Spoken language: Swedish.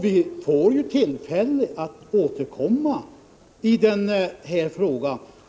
Vi får ju tillfälle att återkomma i den här frågan.